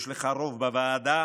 יש לך רוב בוועדה,